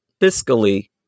fiscally